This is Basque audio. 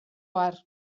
har